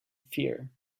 fear